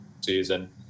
season